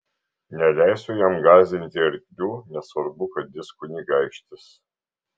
neleisiu jam gąsdinti arklių nesvarbu kad jis kunigaikštis